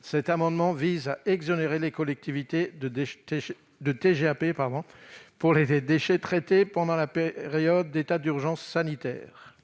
cet amendement vise à exonérer les collectivités de TGAP pour les déchets traités pendant la période d'état d'urgence sanitaire.